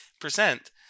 percent